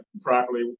properly